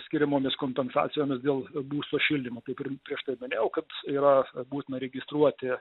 skiriamomis kompensacijomis dėl būsto šildymo kaip ir prieš tai minėjau kad yra būtina registruoti